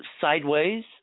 sideways